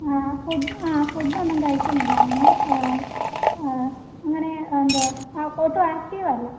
ഫു ആ ഫുഡ് ഒന്നും കഴിക്കുന്നില്ല അങ്ങനെ അങ്ങനെ എന്താണ് ആ ഒട്ടും ആക്റ്റീവ് അല്ല